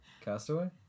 Castaway